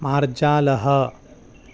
मार्जालः